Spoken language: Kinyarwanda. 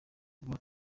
kuba